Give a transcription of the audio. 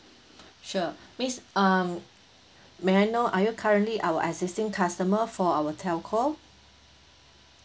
sure miss um may I know are you currently our existing customer for our telco